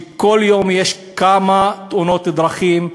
וכל יום יש כמה תאונות דרכים.